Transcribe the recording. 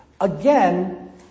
again